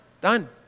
Done